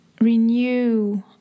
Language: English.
renew